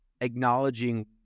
acknowledging